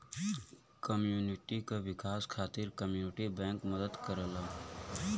community क विकास खातिर कम्युनिटी बैंक मदद करलन